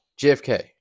JFK